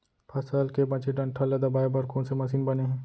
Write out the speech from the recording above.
फसल के बचे डंठल ल दबाये बर कोन से मशीन बने हे?